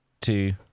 two